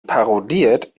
parodiert